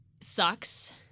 sucks